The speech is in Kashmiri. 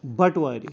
بَٹہٕ وارِ